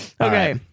okay